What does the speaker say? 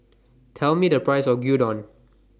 Tell Me The Price of Gyudon